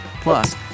Plus